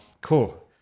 Cool